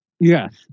Yes